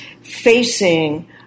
facing